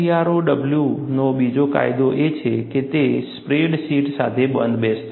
AFGROW નો બીજો ફાયદો એ છે કે તે સ્પ્રેડશીટ્સ સાથે બંધબેસતું છે